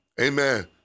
Amen